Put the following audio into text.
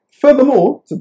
Furthermore